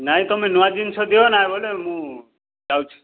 ନାଇ ତୁମେ ନୂଆ ଜିନିଷ ଦିଅ ନାଇ ବୋଲେ ମୁଁ ଯାଉଛି